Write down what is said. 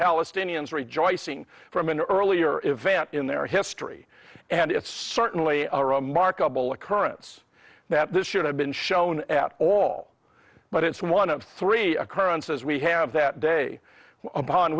palestinians rejoicing from an earlier event in their history and it's certainly a remarkable occurrence that this should have been shown at all but it's one of three occurrences we have that day upon